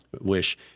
wish